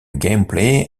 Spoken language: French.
gameplay